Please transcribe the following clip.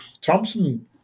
Thompson